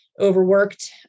overworked